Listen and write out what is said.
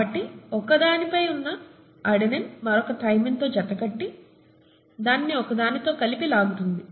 కాబట్టి ఒకదానిపై ఉన్న అడెనిన్ మరొకదాని థైమిన్తో జతకట్టి దానిని ఒకదానితో కలిపి లాగుతుంది